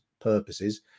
purposes